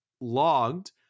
logged